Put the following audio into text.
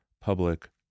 public